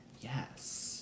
Yes